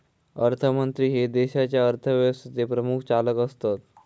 अर्थमंत्री हे देशाच्या अर्थव्यवस्थेचे प्रमुख चालक असतत